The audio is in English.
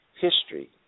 History